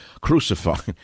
crucified